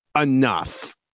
enough